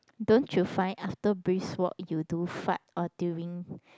don't you find after brisk walk you do fart or during